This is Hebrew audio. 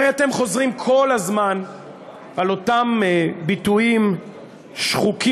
הרי אתם חוזרים כל הזמן על אותם ביטויים שחוקים,